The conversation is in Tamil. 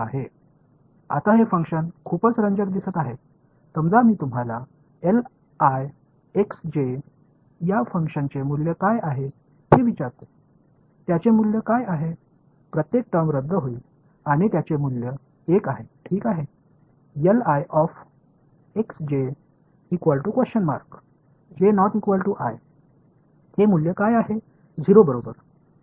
எனவே எல்லா டிகிரிகளுக்கும் N 1 ஆக இருக்கும் இப்போது இந்த ஃபங்ஷன் மிகவும் சுவாரஸ்யமாகத் தெரிகிறது செயல்பாட்டின் மதிப்பு என்ன என்று நான் உங்களிடம் கேட்கிறேன் ஒவ்வொரு வெளிப்பாடும் ரத்துசெய்யப்பட்டு அதன் மதிப்பு 1 சரிதானே